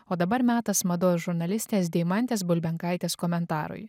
o dabar metas mados žurnalistės deimantės bulbenkaitės komentarui